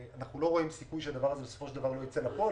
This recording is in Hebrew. אנחנו לא רואים סיכוי שהדבר הזה לא ייצא לפועל בסופו של דבר,